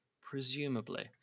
presumably